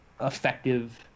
effective